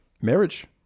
marriage